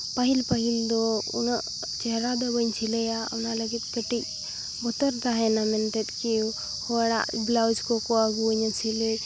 ᱯᱟᱹᱦᱤᱞ ᱯᱟᱹᱦᱤᱞ ᱫᱚ ᱩᱱᱟᱹᱜ ᱪᱮᱦᱨᱟ ᱫᱚ ᱵᱟᱹᱧ ᱥᱤᱞᱟᱹᱭᱟ ᱚᱱᱟ ᱞᱟᱹᱜᱤᱫ ᱠᱟᱹᱴᱤᱡ ᱵᱚᱛᱚᱨ ᱛᱟᱦᱮᱱᱟ ᱢᱮᱱᱛᱮᱫ ᱠᱤ ᱦᱚᱲᱟᱜ ᱵᱞᱟᱣᱩᱡᱽ ᱠᱚ ᱠᱚ ᱟᱹᱜᱩ ᱟᱹᱧᱟ ᱥᱤᱞᱟᱹᱭ